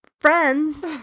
friends